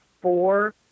four